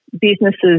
businesses